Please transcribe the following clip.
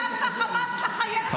זה עשה חמאס לחיילת --- הזאת,